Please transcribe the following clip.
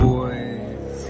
Boys